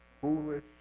foolish